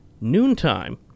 noontime